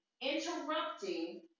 interrupting